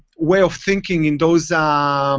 way of thinking in those um